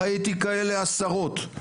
ראיתי כאלה עשרות,